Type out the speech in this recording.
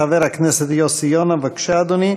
חבר הכנסת יוסי יונה, בבקשה, אדוני.